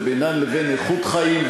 ובינן לבין איכות חיים,